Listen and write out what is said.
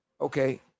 Okay